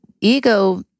ego